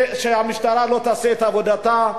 ושהמשטרה לא תעשה את עבודתה,